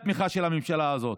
זו התמיכה של הממשלה הזאת.